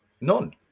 None